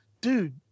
dude